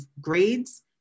grades